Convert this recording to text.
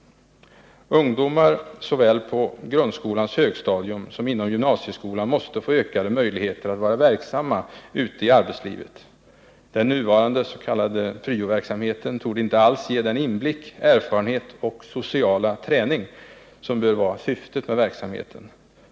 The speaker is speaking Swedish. Ungdomar såväl på grundskolans högstadium som inom gymnasieskolan måste få ökade möjligheter att vara verksamma ute i arbetslivet. Den nuvarande s.k. pryo-verksamheten torde inte alls ge den inblick, erfarenhet och sociala träning som bör vara syftet med verksamheten.